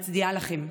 מצדיעה לכם.